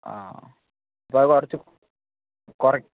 ആ അപ്പം അത് കുറച്ച് കുറയ്ക്ക്